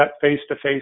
face-to-face